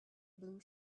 blue